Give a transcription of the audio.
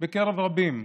בקרב רבים.